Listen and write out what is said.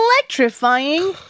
electrifying